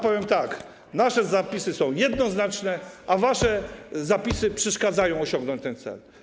Powiem tak: nasze zapisy są jednoznaczne, a wasze zapisy przeszkadzają osiągnąć ten cel.